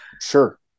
Sure